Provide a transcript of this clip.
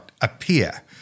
appear